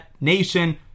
Nation